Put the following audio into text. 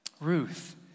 Ruth